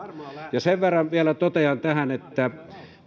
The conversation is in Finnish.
ja sen verran vielä totean tähän että